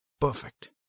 Perfect